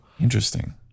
Interesting